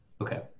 Okay